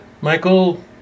Michael